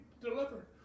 delivered